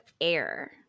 air